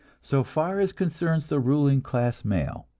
so far as concerns the ruling class male,